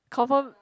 confirm